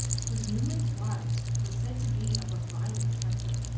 whose numerous wives were said to be of a violent temper.